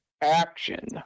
action